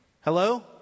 Hello